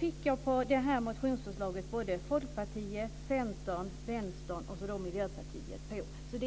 Med mig på mitt motionsförslag fick jag såväl Folkpartiet och Centern som Vänstern och Miljöpartiet, så